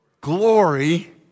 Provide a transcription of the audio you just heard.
glory